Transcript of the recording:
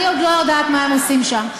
אני עוד לא יודעת מה הם עושים שם,